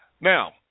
Now